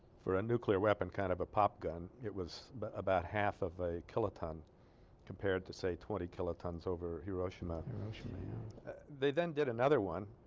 for a nuclear weapon kind of a pop gun it was but about half of a kiloton compared to say twenty kilotons over hiroshima hiroshima they then did another one